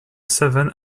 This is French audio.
savane